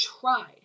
tried